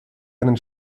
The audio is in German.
einen